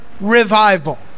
revival